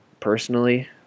Personally